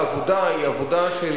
העבודה היא של,